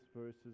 verses